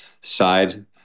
side